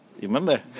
remember